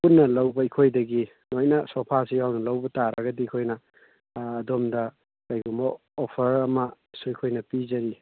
ꯄꯨꯟꯅ ꯂꯧꯕ ꯑꯩꯈꯣꯏꯗꯒꯤ ꯂꯣꯏꯅ ꯁꯣꯐꯥꯁꯨ ꯌꯥꯎꯅ ꯂꯧꯕ ꯇꯥꯔꯒꯗꯤ ꯑꯩꯈꯣꯏꯅ ꯑꯗꯣꯝꯗ ꯀꯩꯒꯨꯝꯕ ꯑꯣꯐꯔ ꯑꯃꯁꯨ ꯑꯩꯈꯣꯏꯅ ꯄꯤꯖꯔꯤ